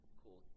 cool